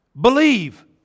Believe